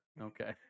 Okay